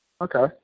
Okay